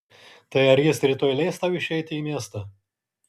tai ar jis rytoj leis tau išeiti į miestą